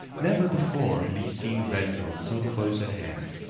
never before had he seen redcoat so close at hand.